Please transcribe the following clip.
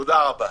תודה.